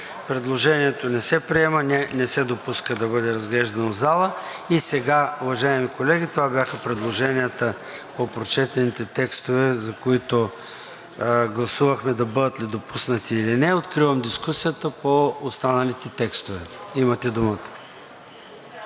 Предложенията не са приети, не се допуска да бъдат разглеждани в залата. Уважаеми колеги, това бяха предложенията по прочетените текстове, за които гласувахме да бъдат ли допуснати или не. Откривам дискусията по останалите текстове. Имате думата.